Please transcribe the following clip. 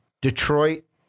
Detroit